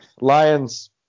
Lions